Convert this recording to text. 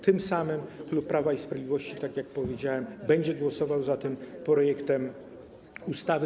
Tym samym klub Prawa i Sprawiedliwości, tak jak powiedziałem, będzie głosował za tym projektem ustawy.